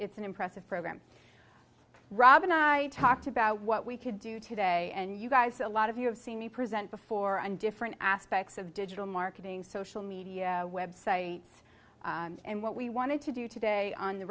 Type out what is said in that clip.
it's an impressive program rob and i talked about what we could do today and you guys a lot of you have seen me present before and different aspects of digital marketing social media web sites and what we wanted to do today on the